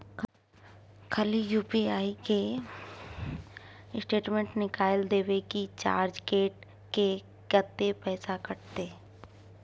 खाली यु.पी.आई के स्टेटमेंट निकाइल देबे की चार्ज कैट के, कत्ते पैसा कटते?